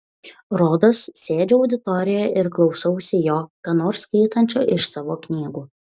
rodos sėdžiu auditorijoje ir klausausi jo ką nors skaitančio iš savo knygų